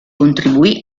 contribuì